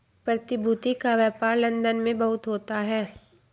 प्रतिभूति का व्यापार लन्दन में बहुत होता है